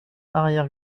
arrière